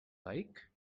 like